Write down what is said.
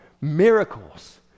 miracles